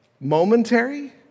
Momentary